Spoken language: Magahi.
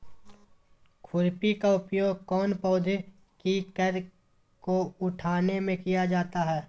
खुरपी का उपयोग कौन पौधे की कर को उठाने में किया जाता है?